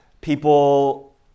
people